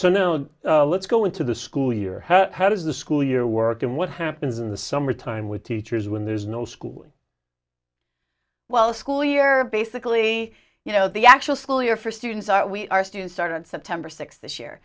so no let's go into the school year how does the school year work and what happens in the summertime with teachers when there's no school while the school year basically you know the actual school year for students are we our students start on september sixth this year